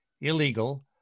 illegal